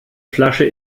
flasche